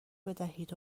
بدهید